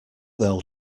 they’ll